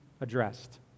addressed